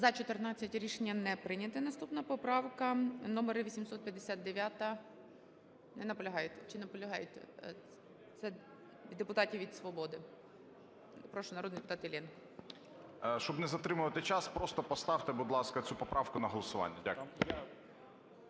За-14 Рішення не прийнято. Наступна, поправка - номер 859. Не наполягаєте. Чи наполягаєте? Це депутатів від "Свободи". Прошу, народний депутат Іллєнко. 10:56:10 ІЛЛЄНКО А.Ю. Щоб не затримувати час, просто поставте, будь ласка, цю поправку на голосування. Дякую.